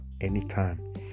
anytime